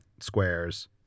squares